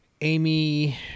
Amy